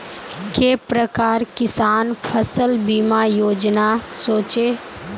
के प्रकार किसान फसल बीमा योजना सोचें?